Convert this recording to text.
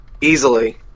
Easily